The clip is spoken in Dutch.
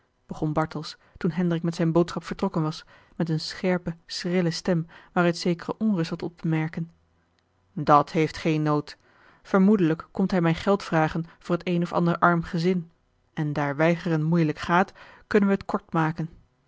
begon bartels toen hendrik met zijne boodschap vertrokken was met eene scherpe schrille stem waaruit zekere onrust was op te merken dat heeft geen nood vermoedelijk komt hij mij geld vragen voor t een of ander arm gezin en daar weigeren moeielijk gaat kunnen we het kort maken